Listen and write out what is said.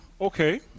Okay